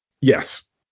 Yes